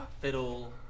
Fiddle